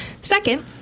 Second